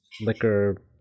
liquor